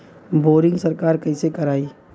Boring सरकार कईसे करायी?